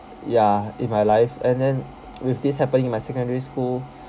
ya in my life and then with this happening in my secondary school